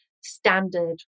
standard